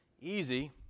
easy